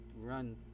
run